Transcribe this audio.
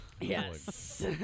yes